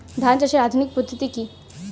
ধান চাষের আধুনিক পদ্ধতি কি?